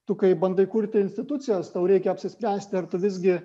tu kai bandai kurti institucijas tau reikia apsispręsti ar tu visgi